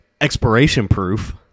expiration-proof